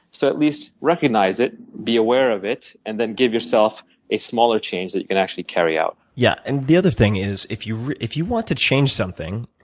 so at least recognize it, be aware of it, and then give yourself a smaller change that you can actually carry out. yes. yeah and the other thing is if you if you want to change something,